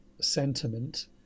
sentiment